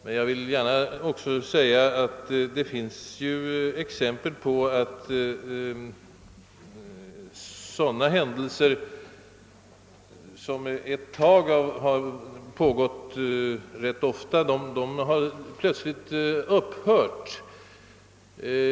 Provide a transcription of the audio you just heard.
Dock vill jag gärna påpeka, att det finns exempel på att sådana händelser som en tid förekommit rätt ofta plötsligt har upphört.